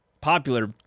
popular